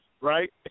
Right